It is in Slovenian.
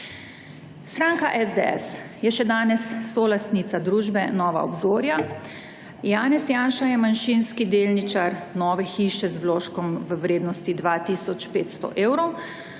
Stranka SDS je še danes solastnica družbe Nova obzorja, Janez Janša je manjšinski delničar Nove hiše z vložkom v vrednosti 2 tisoč 500 evrov.